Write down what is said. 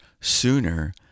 sooner